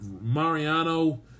Mariano